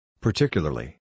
Particularly